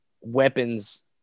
weapons